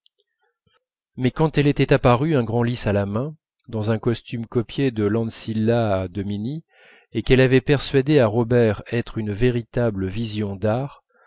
mais quand elle était apparue un grand lys à la main dans un costume copié de l ancilla domini et qu'elle avait persuadé à robert être une véritable vision d'art